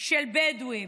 של בדואים,